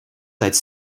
дать